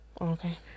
Okay